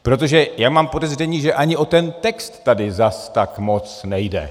Protože já mám podezření, že ani o ten text tady zas tak moc nejde.